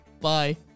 Bye